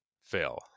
fail